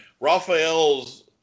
Raphael's